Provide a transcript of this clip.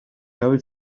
going